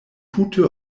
tute